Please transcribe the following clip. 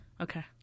okay